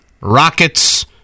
Rockets